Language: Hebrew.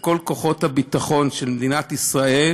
לכל כוחות הביטחון של מדינת ישראל,